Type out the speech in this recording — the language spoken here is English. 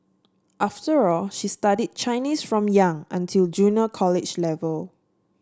after all she studied Chinese from young until junior college level